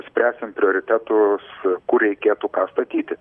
spręsim prioritetus kur reikėtų ką statyti